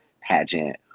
pageant